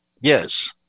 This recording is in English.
Yes